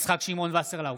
יצחק שמעון וסרלאוף,